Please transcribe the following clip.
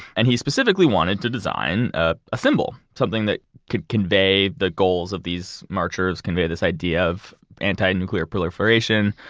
and he specifically wanted to design ah a symbol, something that could convey the goals of these marchers, convey this idea of anti-nuclear proliferation.